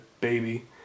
baby